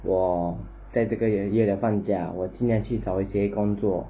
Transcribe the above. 我在这个月的放假我尽量去找一些工作